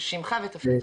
שמך ותפקידך.